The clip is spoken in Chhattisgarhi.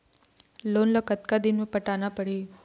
लोन ला कतका दिन मे पटाना पड़ही?